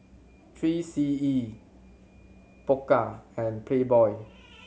Three C E Pokka and Playboy